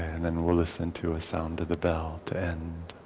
and then we'll listen to a sound of the bell to end.